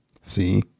See